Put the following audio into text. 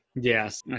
yes